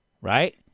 right